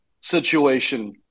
situation